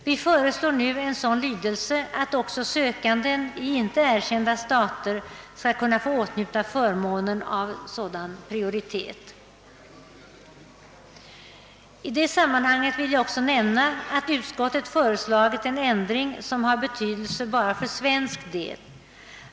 Det föreslås nu en sådan lydelse att också sökande i icke erkända stater skall kunna åtnjuta förmånen av sådan prioritet. I detta sammanhang vill jag nämna att utskottet föreslagit en ändring som har betydelse bara för svensk del.